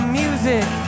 music